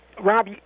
Rob